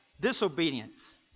disobedience